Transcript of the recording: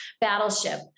battleship